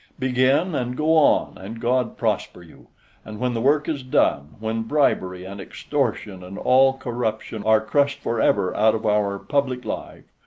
begin, and go on, and god prosper you and when the work is done, when bribery and extortion and all corruption are crushed forever out of our public life,